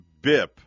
Bip